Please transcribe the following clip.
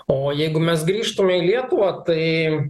o jeigu mes grįžtume į lietuvą tai